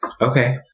Okay